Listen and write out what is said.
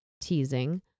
teasing